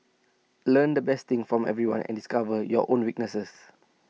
learn the best things from everyone and discover your own weaknesses